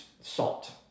salt